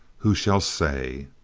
who shall say.